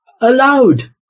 aloud